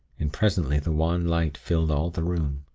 and presently the wan light filled all the room,